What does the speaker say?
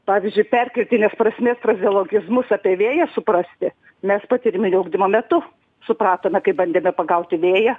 pavyzdžiui perkeltinės prasmės frazeologizmus apie vėją suprasti mes patyriminio ugdymo metu supratome kaip bandėme pagauti vėją